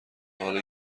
حالا